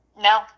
No